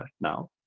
now